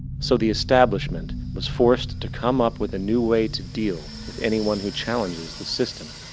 so the establishment was forced to come up with a new way to deal with anyone who challenges the system.